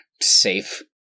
safe